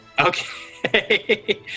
Okay